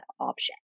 option